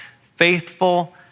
Faithful